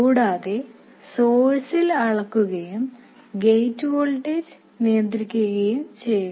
കൂടാതെ സോഴ്സിൽ അളക്കുകയും ഗേറ്റ് വോൾട്ടേജ് നിയന്ത്രിക്കുകയും ചെയ്യുക